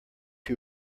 who